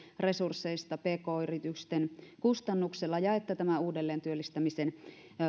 resursseista pk yritysten kustannuksella ja tämä uudelleentyöllistämisen